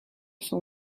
son